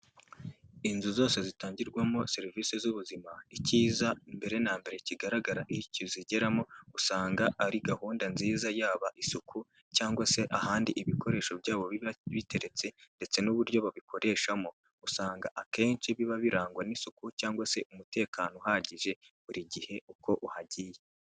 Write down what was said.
Inzu zose zitangirwamo serivisi z'ubuzima icyiza mbere na mbere kigaragara iyo ukigeramo usanga ari gahunda nziza yaba isuku cyangwa se ahandi ibikoresho byabo biba biteretse ndetse n'uburyo babikoreshamo usanga akenshi biba birangwa n'isuku cyangwa se umutekano uhagiye buri gihe uko uhagiye.